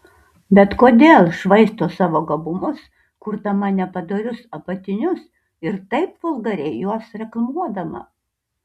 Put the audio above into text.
bet kodėl švaisto savo gabumus kurdama nepadorius apatinius ir taip vulgariai juos reklamuodama